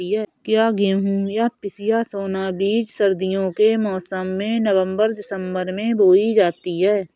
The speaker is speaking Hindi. क्या गेहूँ या पिसिया सोना बीज सर्दियों के मौसम में नवम्बर दिसम्बर में बोई जाती है?